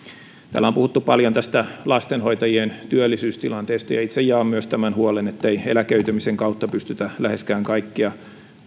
täällä on puhuttu paljon tästä lastenhoitajien työllisyystilanteesta ja itse jaan myös tämän huolen että ei eläköitymisen kautta pystytä läheskään kaikkia